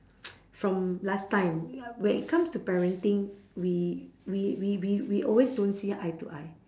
from last time ya when it comes to parenting we we we we we always don't see eye to eye